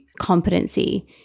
competency